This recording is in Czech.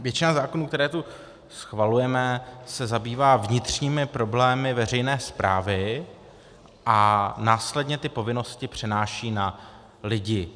Většina zákonů, které tu schvalujeme, se zabývá vnitřními problémy veřejné správy a následně ty povinnosti přenáší na lidi.